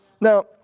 Now